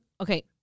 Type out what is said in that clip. Okay